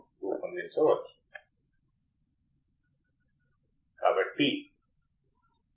ఎందుకంటే ఇది అనంతమైన గైన్ అయితే నేను ఈ పరికరాన్ని ఎలా ఉపయోగించగలను